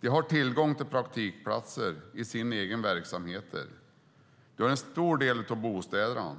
De har tillgång till praktikplatser i sina egna verksamheter. De har en stor del av bostäderna